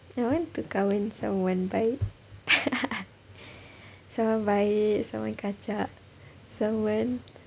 eh I want to kahwin someone baik someone baik someone kacak someone